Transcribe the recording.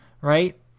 right